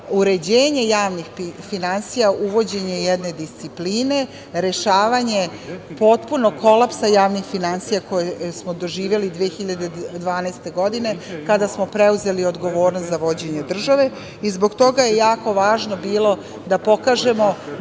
uređenje javnih finansija, uvođenje jedne discipline, rešavanje potpunog kolapsa javnih finansija koji smo doživeli 2012. godine kada smo preuzeli odgovornost za vođenje države. Zbog toga je jako važno bilo da pokažemo